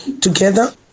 together